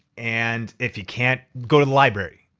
and if you can't, go to the library.